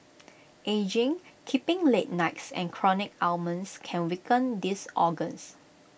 ageing keeping late nights and chronic ailments can weaken these organs